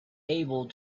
able